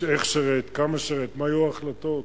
איך שירת, כמה שירת, מה היו ההחלטות,